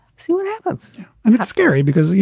see what happens and it's scary because, you